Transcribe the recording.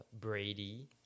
Brady